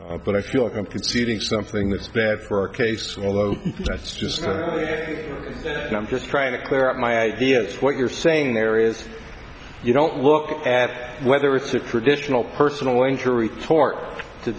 me but i feel like i'm conceding something that's bad for our case although that's just what i did and i'm just trying to clear up my ideas what you're saying there is you don't look at whether it's a traditional personal injury tort to